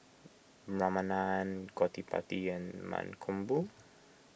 Ramanand Gottipati and Mankombu